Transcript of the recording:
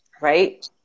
right